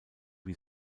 wie